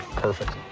perfect.